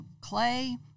Clay